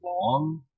long